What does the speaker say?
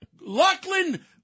Lachlan